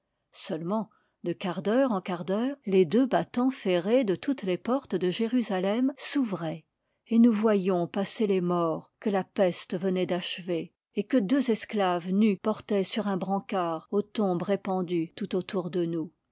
seulement de quart d'heure en quart d'heure les deux battans ferrés de toutes les portes de jérusalem s'ouvraient et nous voyions passer les morts que la peste venait d'achever et que deux esclaves nus portaient sur un brancard aux tombes répandues tout autour de nous